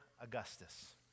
Augustus